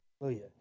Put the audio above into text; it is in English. Hallelujah